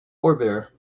orbiter